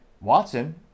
Watson